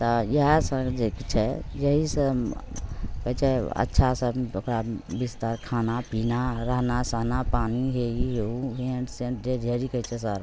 तऽ ओएह सब जे छै जहि से छै जे अच्छा से ओकरा बिस्तर खाना पीना रहना सहना पानि हे ई हे ओ अंट शंट सर